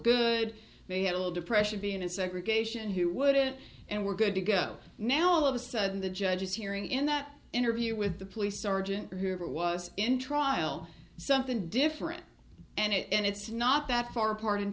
good they had a little depression being in segregation who wouldn't and we're good to go now all of a sudden the judges hearing in that interview with the police sergeant or whoever was in trial something different and it's not that far apart in